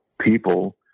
people